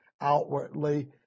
outwardly